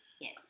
Yes